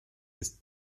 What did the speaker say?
ist